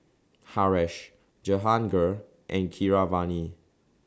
Haresh Jehangirr and Keeravani